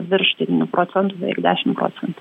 virš devynių procentų beveik dešim procentų